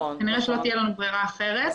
כנראה שלא תהיה לנו ברירה אחרת,